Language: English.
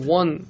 one